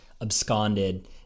absconded